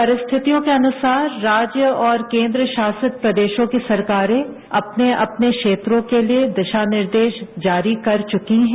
परिस्थितियों के अनुसार राज्य और केन्द्र शासित प्रदेशों की सरकारे अपने अपने क्षेत्रों के लिये दिश निर्देश जारी कर चुकी हैं